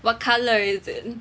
what colour is it